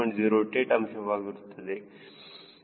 08 ಆಗಿರುತ್ತದೆ